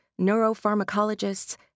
neuropharmacologists